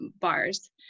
bars